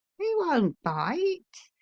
he won't bite.